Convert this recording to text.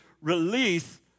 release